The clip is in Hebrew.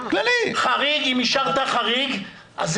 אם אישרת חריג, זה